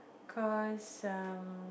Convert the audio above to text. cause um